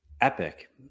epic